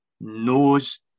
knows